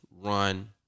run